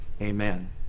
Amen